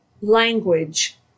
language